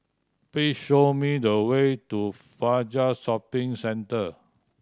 please show me the way to Fajar Shopping Centre